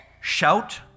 Shout